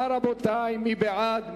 מי בעד?